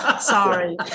sorry